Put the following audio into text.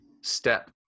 step